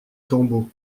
tombeau